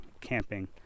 Camping